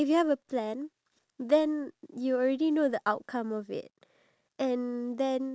oh minion as in like the despicable me